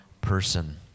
person